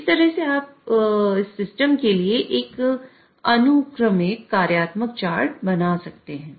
इस तरह से आप इस तरह के सिस्टम के लिए एक अनुक्रमिक कार्यात्मक चार्ट बना सकते हैं